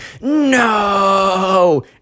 no